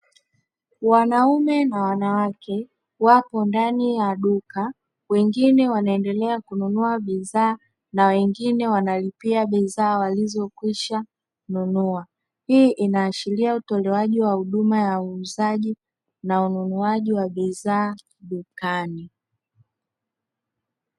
Wanaume na wanawake wapo ndani ya duka wengine wanaendelea kununua bidhaa na wengine wanalipia bidhaa walizokwisha nunua. Hii inaashiria utolewaji wa huduma ya uuzaji na ununuaji wa bidhaa dukani.